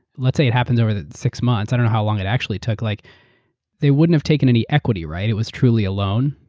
let's say it happens over six months. i don't know how long it actually took. like they wouldn't have taken any equity, right? it was truly a loan?